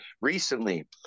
recently